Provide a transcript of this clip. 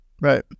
Right